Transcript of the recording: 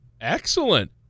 Excellent